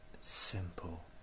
simple